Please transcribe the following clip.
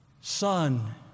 son